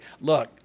look